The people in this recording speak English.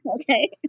okay